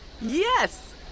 Yes